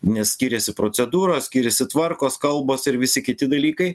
nes skiriasi procedūros skiriasi tvarkos kalbos ir visi kiti dalykai